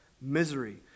misery